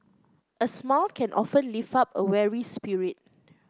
a smile can often lift up a weary spirit